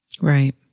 Right